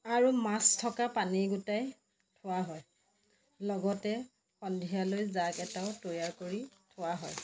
আৰু মাছ থকা পানী গোটাই থোৱা হয় লগতে সন্ধিয়ালৈ যাগ এটাও তৈয়াৰ কৰি থোৱা হয়